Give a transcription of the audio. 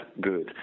good